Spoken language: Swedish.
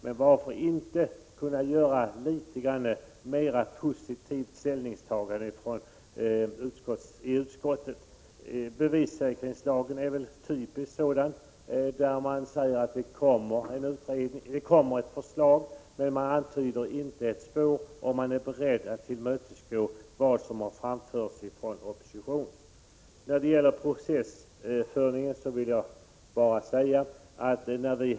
Men varför kunde inte socialdemokraterna ta ställning litet mer positivt i utskottet? Bevissäkringslagen är ett typiskt exempel på detta. Socialdemokraterna säger att det skall komma ett förslag, men de antyder inte på något sätt om de är beredda att tillmötesgå kraven från oppositionen. När det gäller processföringen vill jag säga följande.